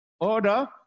Order